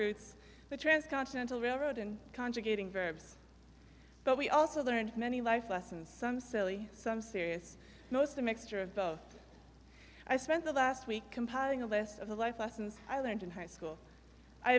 roots the transcontinental railroad and conjugating verbs but we also learned many life lessons some silly some serious most a mixture of both i spent the last week compiling a list of the life lessons i learned in high school i